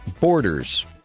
borders